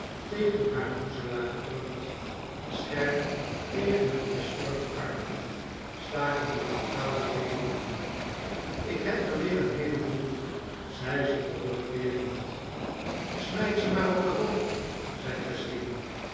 tegen haar boezelaar gedrukt scherp tegen t misvormd armpje staken de brutale gele bloemen k hè dr weer n hééle boel zei ze terugkeerend smijt ze maar op de hoop zei christien